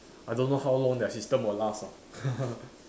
I don't know how long their system will last lah